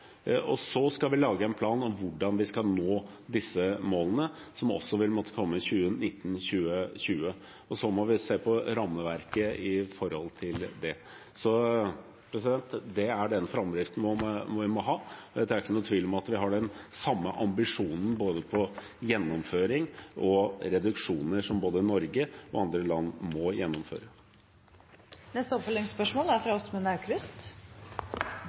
Så skal vi lage en plan for hvordan vi skal nå disse målene, som også vil måtte komme i 2019/2020, og vi må se på rammeverket i henhold til det. Det er den framdriften vi må ha. Det er ikke noen tvil om at vi har den samme ambisjonen for både gjennomføring og reduksjoner – som både Norge og andre land må gjennomføre. Det blir oppfølgingsspørsmål – først Åsmund Aukrust.